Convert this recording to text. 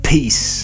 Peace